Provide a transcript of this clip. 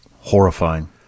Horrifying